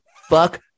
fuck